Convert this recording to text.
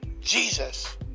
Jesus